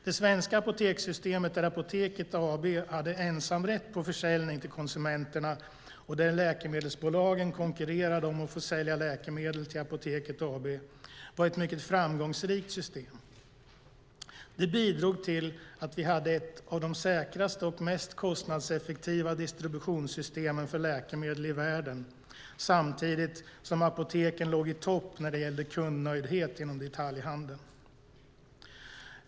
Det svenska apotekssystemet där Apoteket AB hade ensamrätt på försäljning till konsumenterna och där läkemedelsbolagen konkurrerade om att få sälja läkemedel till Apoteket AB var ett mycket framgångsrikt system. Det bidrog till att vi hade ett av de säkraste och mest kostnadseffektiva distributionssystemen för läkemedel i världen samtidigt som apoteken låg i topp när det gällde kundnöjdhet inom detaljhandeln.